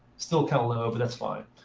still kind of low, but that's fine.